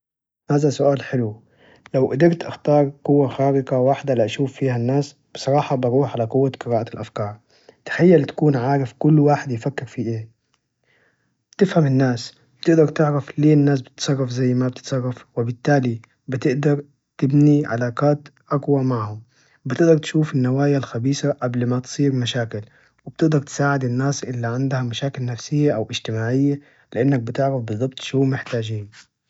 هذا سؤال حلو لو قدرت أختار قوة خارقة واحدة لأشوف فيها الناس، بصراحة بروح على قوة قراءة الأفكار، تخيل تكون عارف كل واحد يفكر في إيه! تفهم الناس بتقدر تعرف ليه الناس بتتصرف زي ما بتتصرف، وبالتالي بتقدر تبني علاقات أقوى معهم بتقدر تشوف النوايا الخبيثة قبل ما تصير مشاكل، وبتقدر تساعد الناس إللي عندها مشاكل نفسية أو إجتماعية، لإنك بتعرف بالظبط شو محتاجين.